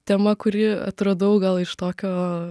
tema kuri atradau gal iš tokio